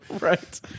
Right